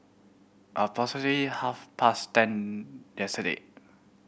approximately half past ten yesterday